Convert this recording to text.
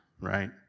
right